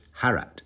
harat